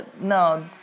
no